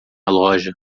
loja